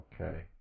Okay